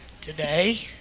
today